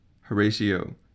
Horatio